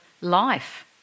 life